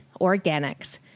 organics